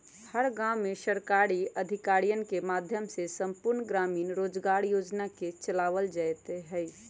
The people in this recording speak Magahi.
हर गांव में सरकारी अधिकारियन के माध्यम से संपूर्ण ग्रामीण रोजगार योजना के चलावल जयते हई